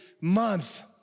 month